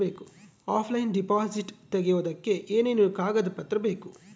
Offline deposit ತೆಗಿಯೋದಕ್ಕೆ ಏನೇನು ಕಾಗದ ಪತ್ರ ಬೇಕು?